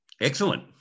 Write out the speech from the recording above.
Excellent